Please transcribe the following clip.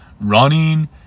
running